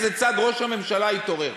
באיזה צד ראש הממשלה יתעורר.